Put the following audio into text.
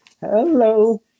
Hello